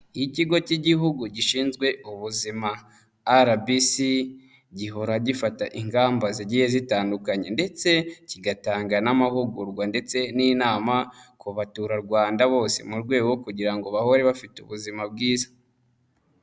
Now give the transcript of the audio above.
Ikigo cy'igihugu gishinzwe ubuzima RBC, gihora gifata ingamba zigiye zitandukanye ndetse kigatanga n'amahugurwa ndetse n'inama ku baturarwanda bose, mu rwego kugira ngo bahore bafite ubuzima bwiza.